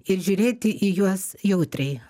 ir žiūrėti į juos jautriai